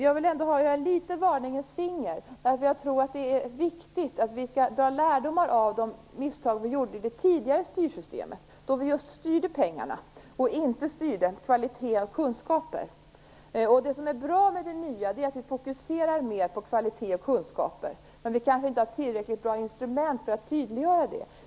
Jag vill litet grand höja ett varningens finger därför att jag tror att det är viktigt att vi drar lärdomar av de misstag som vi gjorde i det tidigare styrsystemet, då vi just styrde pengarna och inte kvalitet och kunskaper. Det som är bra med det nya är att vi fokuserar mer på kvalitet och kunskaper. Men vi kanske inte har tillräckligt bra instrument för att tydliggöra det.